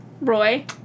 Roy